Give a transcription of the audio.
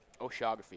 oceanography